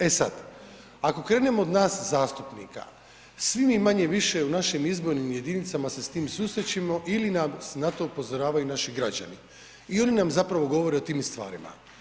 E sad, ako krenemo od nas zastupnika, svi mi manje-više u našim izbornim jedinicama se sa time susrećemo ili nas na to upozoravaju naših građani i oni nam zapravo govore o tim stvarima.